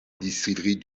distillerie